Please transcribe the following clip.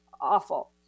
awful